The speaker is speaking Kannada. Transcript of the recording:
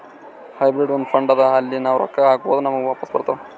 ಹೈಬ್ರಿಡ್ ಒಂದ್ ಫಂಡ್ ಅದಾ ಅಲ್ಲಿ ನಾವ್ ರೊಕ್ಕಾ ಹಾಕ್ಬೋದ್ ನಮುಗ ವಾಪಸ್ ಬರ್ತಾವ್